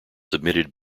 submitted